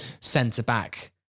centre-back